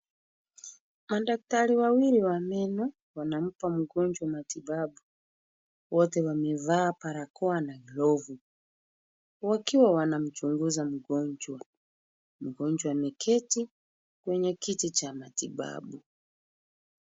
Madaktari wawili wa meno wanampa mgonjwa matibabu. Wote wamevaa barakoa na glovu wakiwa wanamchunguza mgonjwa. Mgonjwa ameketi kwenye kiti cha matibabu.